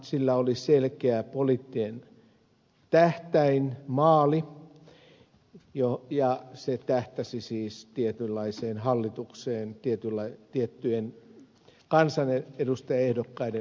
sillä oli selkeä poliittinen tähtäin maali ja se tähtäsi siis tietynlaiseen hallitukseen tiettyjen kansanedustajaehdokkaiden menestykseen vaaleissa